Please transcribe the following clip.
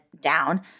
down